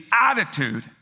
attitude